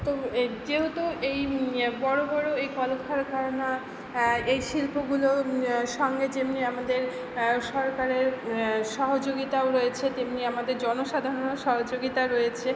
তো এই যেহেতু এই বড়ো বড়ো এই কলকারখানা এই শিল্পগুলো সঙ্গে যেমনি আমাদের সরকারের সহযোগিতাও রয়েছে তেমনি আমাদের জনসাধারণও সহযোগিতা রয়েছে